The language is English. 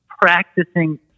practicing